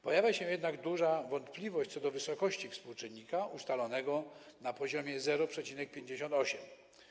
Pojawia się jednak duża wątpliwość co do wysokości współczynnika ustalonego na poziomie 0,58.